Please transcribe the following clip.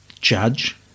judge